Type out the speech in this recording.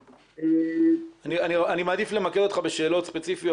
אני מעדיף למקד אותך בשאלות ספציפיות.